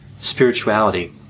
spirituality